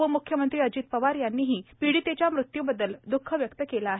उपमुख्यमंत्री अजित पवार यांनीही पीडितेच्या मृत्युबद्दल द्ःख व्यक्त केलं आहे